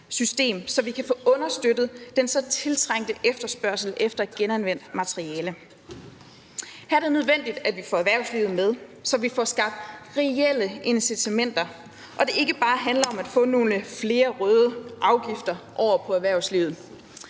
så vi kan få understøttet den så tiltrængte efterspørgsel efter genanvendt materiale. Her er det nødvendigt, at vi får erhvervslivet med, så vi får skabt reelle incitamenter, så det ikke bare handler om at få nogle flere røde afgifter over på erhvervslivet,